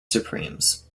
supremes